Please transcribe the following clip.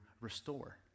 restore